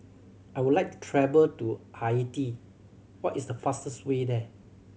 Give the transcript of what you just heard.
I would like to travel to Haiti what is the fastest way there